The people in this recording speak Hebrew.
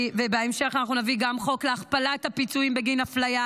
ובהמשך אנחנו נביא גם חוק להכפלת הפיצויים בגין אפליה